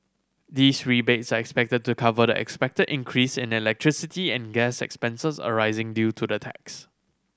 these rebates are expected to cover the expected increase and electricity and gas expenses arising due to the tax